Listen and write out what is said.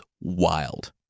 wild